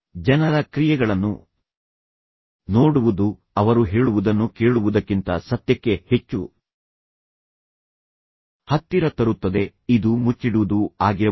ಜನರ ಕ್ರಿಯೆಗಳನ್ನು ನೋಡುವುದು ಅವರು ಹೇಳುವುದನ್ನು ಕೇಳುವುದಕ್ಕಿಂತ ಸತ್ಯಕ್ಕೆ ಹೆಚ್ಚು ಹತ್ತಿರ ತರುತ್ತದೆ ಇದು ಮುಚ್ಚಿಡುವುದೂ ಆಗಿರಬಹುದು